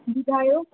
ॿुधायो